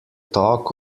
talk